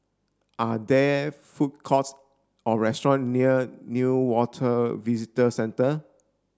are there food courts or restaurant near Newater Visitor Centre